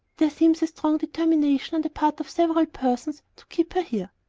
there seems a strong determination on the part of several persons to keep her here.